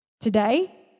today